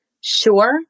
sure